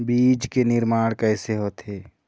बीज के निर्माण कैसे होथे?